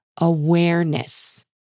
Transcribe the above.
awareness